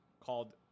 called